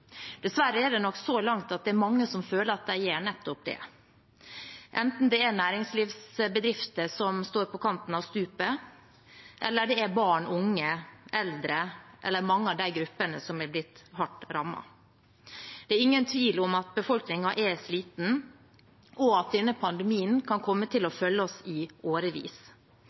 Dessverre er det nok så langt mange som føler at de gjør nettopp det, enten det er næringslivsbedrifter som står på kanten av stupet, eller det er barn, unge, eldre eller mange av de gruppene som har blitt hardt rammet. Det er ingen tvil om at befolkningen er sliten, og at denne pandemien kan komme til å følge oss i årevis.